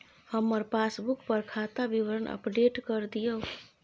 हमर पासबुक पर खाता विवरण अपडेट कर दियो